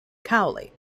cowley